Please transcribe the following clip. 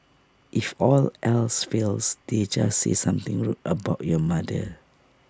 if all else fails they'd just say something rude about your mother